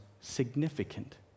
significant